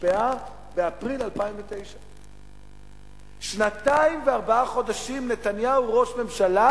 הושבעה באפריל 2009. שנתיים וארבעה חודשים נתניהו ראש ממשלה,